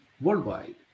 worldwide